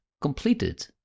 completed